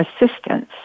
assistance